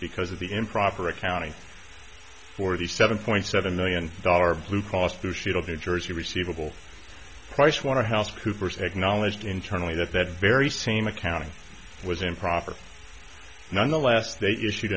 because of the improper accounting for the seven point seven million dollar blue cross blue shield of the jersey receivable pricewaterhouse coopers acknowledged internally that that very same accounting was improper nonetheless they issued